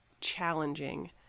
challenging